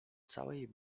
całej